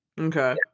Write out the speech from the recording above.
Okay